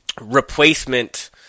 replacement